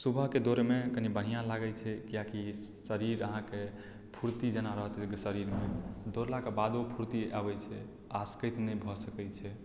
सुबहकेँ दौड़ैमे कनि बढ़ियाँ लागैछै कियाकि शरीर अहाँकेँ फुर्ति जेना रहत अहाँकेँ शरीरमे दौड़लाकेँ बादो फुर्ति आबै छै आसकैत नहि भऽ सकै छै